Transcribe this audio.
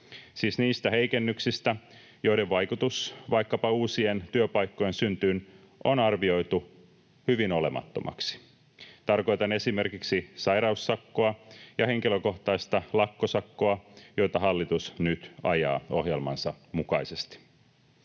niistä heikennyksistä, joiden vaikutus vaikkapa uusien työpaikkojen syntyyn on arvioitu hyvin olemattomaksi. Tarkoitan esimerkiksi sairaussakkoa ja henkilökohtaista lakkosakkoa, joita hallitus nyt ajaa ohjelmansa mukaisesti.